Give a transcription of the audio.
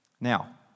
Now